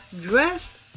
Dress